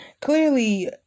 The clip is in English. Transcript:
clearly